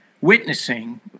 witnessing